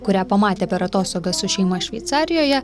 kurią pamatė per atostogas su šeima šveicarijoje